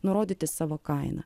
nurodyti savo kainą